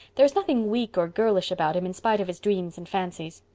there is nothing weak or girlish about him in spite of his dreams and fancies.